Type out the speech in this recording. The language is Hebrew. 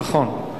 נכון.